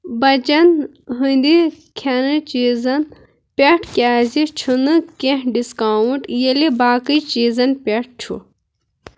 بَچن ہٕنٛدِ کھٮ۪نہٕ چیٖزن پٮ۪ٹھ کیٛازِ چھُنہٕ کیٚنٛہہ ڈِسکاوُنٛٹ ییٚلہِ باقٕے چیٖزن پٮ۪ٹھ چھُ